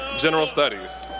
general studies.